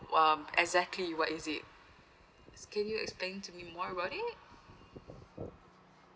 um exactly what is it can you explain to me more about it